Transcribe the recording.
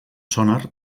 sonar